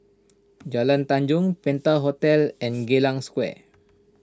Jalan Tanjong Penta Hotel and Geylang Square